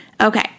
Okay